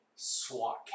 SWAT